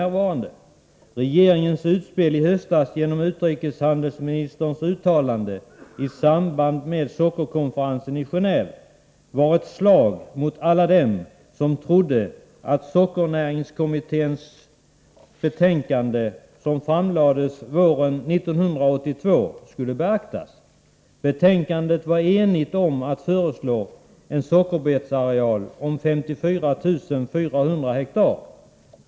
Regeringens utspel i höstas genom utrikeshandelsministerns uttalande i samband med sockerkonferensen i Gen&ve var ett slag mot alla dem som trodde att sockernäringskommitténs betänkande, som framlades våren 1982, skulle beaktas. I betänkandet var kommittén enig om att föreslå en sockerbetsareal om 54 400 hektar.